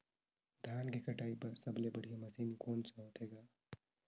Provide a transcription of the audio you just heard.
धान के कटाई बर सबले बढ़िया मशीन कोन सा होथे ग?